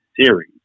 series